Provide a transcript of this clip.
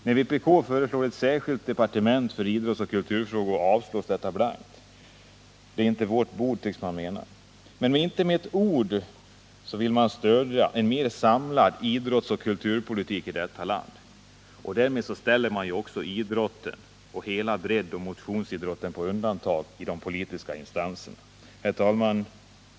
När vpk föreslår ett särskilt departement för idrottsoch kulturfrågor avstyrker man detta blankt. Det är inte vårt bord, tycks man mena. Inte med ett ord vill man stödja en mer samlad idrottsoch kulturpolitik i detta land. Därmed ställer man också hela breddoch motionsidrotten på undantag i de politiska instanserna. Herr talman!